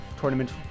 tournament